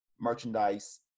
merchandise